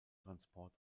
transport